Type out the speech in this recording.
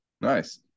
nice